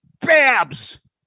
babs